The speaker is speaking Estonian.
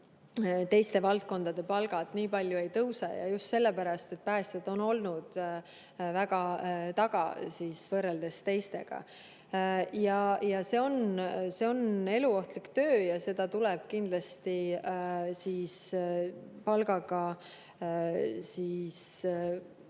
Teiste valdkondade palgad nii palju ei tõuse ja just sellepärast, et päästjad on olnud väga taga võrreldes teistega. See on eluohtlik töö ja seda tuleb kindlasti [normaalse]